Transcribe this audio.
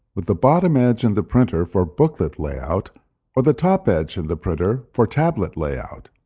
with the bottom edge in the printer for booklet layout or the top edge in the printer for tablet layout.